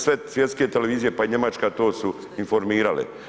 Sve svjetske televizije pa i njemačka to su informirali.